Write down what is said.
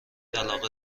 علاقه